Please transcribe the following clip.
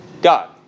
God